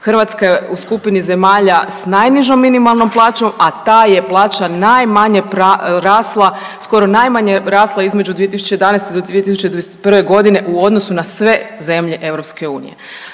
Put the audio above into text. Hrvatska je u skupini zemalja s najnižom minimalnom plaćom, a ta je plaća najmanje rasla, skoro najmanje rasla između 2011. do 2021. godine u odnosu na sve zemlje EU.